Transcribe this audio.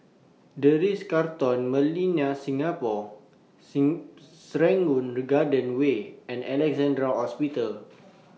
The Ritz Carlton Millenia Singapore Serangoon Garden Way and Alexandra Hospital